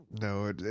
no